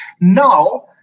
now